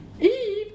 Eve